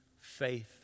faith